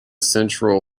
central